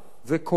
זה קורה,